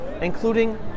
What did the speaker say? including